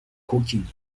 cooking